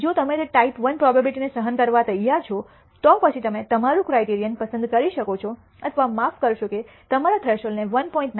જો તમે તે ટાઈપ I પ્રોબેબીલીટીને સહન કરવા તૈયાર છો તો પછી તમે તમારું ક્રાઇટિરીઅન પસંદ કરી શકો છો અથવા માફ કરશો કે તમારા થ્રેશોલ્ડને 1